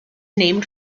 named